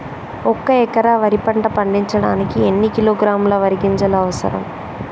ఒక్క ఎకరా వరి పంట పండించడానికి ఎన్ని కిలోగ్రాముల వరి గింజలు అవసరం?